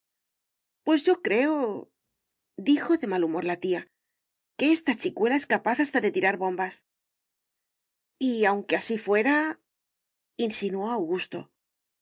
pues yo creodijo de mal humor la tíaque esta chicuela es capaz hasta de tirar bombas y aunque así fuera insinuó augusto